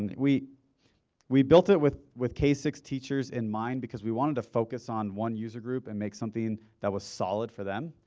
and we we built it with with k six teachers in mind because we wanted to focus on one user group and make something that was solid for them.